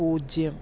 പൂജ്യം